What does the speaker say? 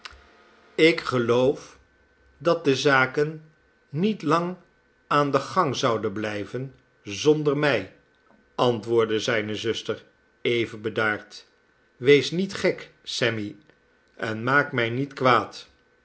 ik geloof dat de zaken niet lang aan den gang zouden blijven zonder mij antwoordde zijne zuster even bedaard wees niet gek sammy en maak mij niet kwaad